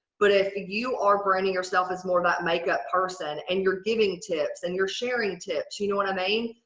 but if you are branding yourself, it's more about makeup person and you're giving tips and you're sharing tips, you know what i mean?